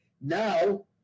Now